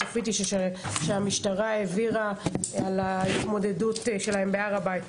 שהמשטרה העבירה על ההתמודדות שלהם בהר הבית.